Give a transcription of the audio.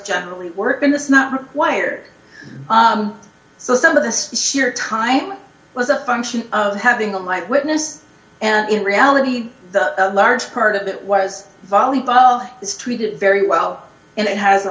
generally work and this is not required so some of this sheer time was a function of having a light witness and in reality the large part of it was volleyball is treated very well and it has a